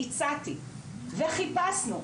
הצעתי וחיפשנו,